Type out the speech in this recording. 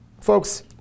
Folks